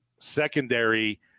secondary